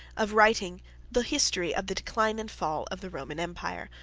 of writing the history of the decline and fall of the roman empire,